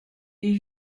est